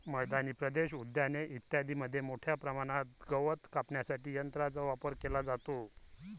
मैदानी प्रदेश, उद्याने इत्यादींमध्ये मोठ्या प्रमाणावर गवत कापण्यासाठी यंत्रांचा वापर केला जातो